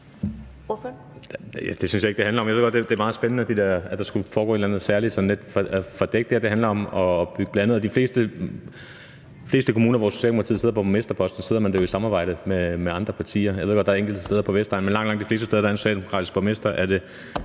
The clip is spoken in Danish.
Det synes jeg ikke det handler om. Jeg ved godt, at det er meget spændende med det der med, at der skulle foregå et eller andet særligt og sådan lidt fordækt. Det her handler om at bygge blandet, og i de fleste kommuner, hvor Socialdemokratiet sidder på borgmesterposterne, sidder man der jo i samarbejde med andre partier. Jeg ved godt, at der er enkelte steder på Vestegnen, hvor det ikke er sådan, men langt, langt de fleste steder, hvor der er en socialdemokratisk borgmester,